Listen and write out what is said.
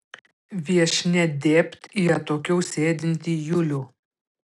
viešnia dėbt į atokiau sėdintį julių